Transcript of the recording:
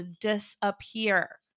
disappear